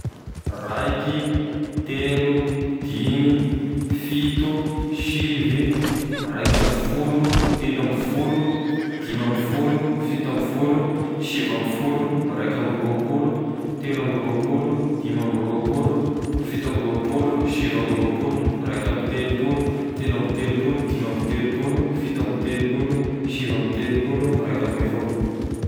Raiky, telo, dimy, fito, sivy, raiky amby folo, telo amby folo, dimy amby folo, fito amby folo, sivy amby folo, raiky amby roapolo, telo amby roapolo, dimy amby roapolo, fito amby roapolo, sivy amby roapolo, raiky amby telopolo, telo amby telopolo, dimy amby telopolo, fito amby telopolo, sivy amby telopolo, raiky amby efapolo.